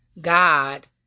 God